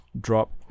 drop